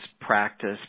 practice